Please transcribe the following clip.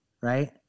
right